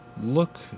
look